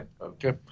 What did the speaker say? Okay